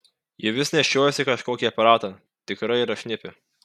ji vis nešiojasi kažkokį aparatą tikrai yra šnipė